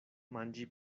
manĝi